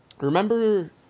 Remember